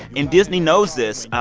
and disney knows this.